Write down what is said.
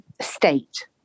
state